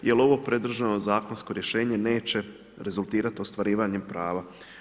Jer ovo pred državno zakonsko rješenje neće rezultirati ostvarivanjem prava.